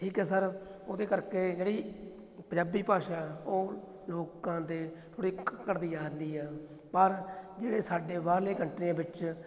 ਠੀਕ ਹੈ ਸਰ ਉਹਦੇ ਕਰਕੇ ਜਿਹੜੀ ਪੰਜਾਬੀ ਭਾਸ਼ਾ ਉਹ ਲੋਕਾਂ ਦੇ ਥੋੜ੍ਹੀ ਘੱਟਦੀ ਜਾਂਦੀ ਆ ਪਰ ਜਿਹੜੇ ਸਾਡੇ ਬਾਹਰਲੇ ਕੰਟਰੀਆਂ ਵਿੱਚ